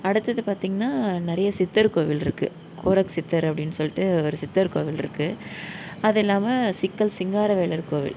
அடுத்தது பார்த்திங்கனா நிறைய சித்தர் கோவில் இருக்குது கோரக் சித்தர் அப்படின்னு சொல்லிட்டு ஒரு சித்தர் கோவில் இருக்குது அது இல்லாமல் சிக்கல் சிங்கார வேலர் கோவில்